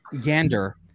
gander